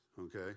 Okay